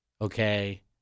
okay